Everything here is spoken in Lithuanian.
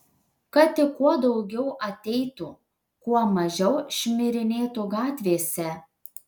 kad tik kuo daugiau ateitų kuo mažiau šmirinėtų gatvėse